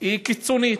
היא קיצונית.